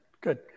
good